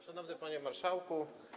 Szanowny Panie Marszałku!